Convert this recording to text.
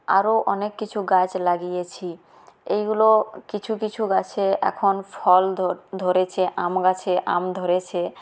আরও অনেক কিছু গাছ লাগিয়েছি এইগুলো কিছু কিছু গাছে এখন ফল ধরেছে আম গাছে আম ধরেছে